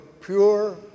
pure